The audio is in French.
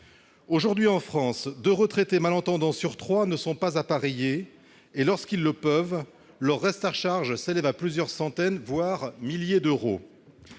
Aujourd'hui, en France, deux retraités malentendants sur trois ne sont pas appareillés et, lorsqu'ils peuvent l'être, leur reste à charge s'élève à plusieurs centaines, voire plusieurs milliers d'euros.